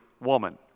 woman